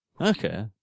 Okay